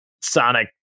Sonic